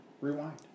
Rewind